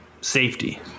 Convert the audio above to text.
Safety